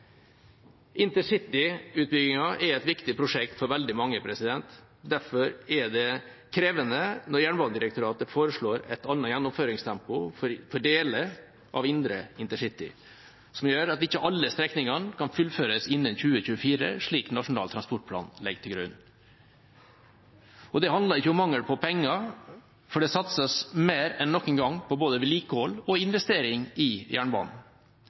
InterCity-utbyggingen er et viktig prosjekt for veldig mange. Derfor er det krevende når Jernbanedirektoratet foreslår et annet gjennomføringstempo på deler av indre InterCity, som gjør at ikke alle strekningene kan fullføres innen 2024, slik Nasjonal transportplan legger til grunn. Det handler ikke om mangel på penger, for det satses mer enn noen gang både på vedlikehold og på investering i jernbanen.